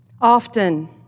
Often